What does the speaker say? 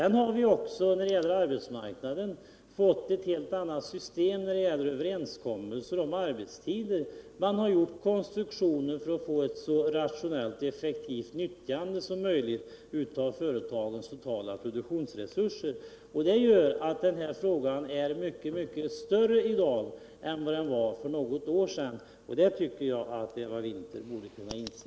Vi har dessutom på arbetsmarknaden fått ett helt annat system än tidigare för överenskommelser om arbetstider. Vi har fått konstruktioner som gör det möjligt att åstadkomma ett så effektivt utnyttjande som möjligt av företagens totala produktionsresurser. Det gör att den här frågan i dag är av mycket större betydelse än för något år sedan. Det tycker jag att Eva Winther borde kunna inse.